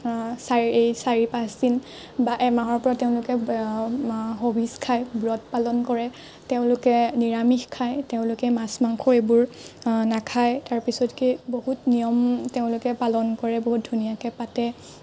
চাৰি চাৰি পাঁচদিন বা এমাহৰ পৰা তেওঁলোকে হবিজ খায় ব্ৰত পালন কৰে তেওঁলোকে নিৰামিষ খায় তেওঁলোকে মাছ মাংস এইবোৰ নাখায় তাৰপিছতকে বহুত নিয়ম তেওঁলোকে পালন কৰে বহুত ধুনীয়াকৈ পাতে